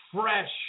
fresh